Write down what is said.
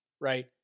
right